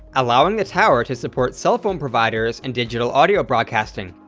allowing the tower to support cell phone providers and digital audio broadcasting.